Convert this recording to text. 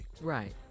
Right